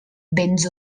béns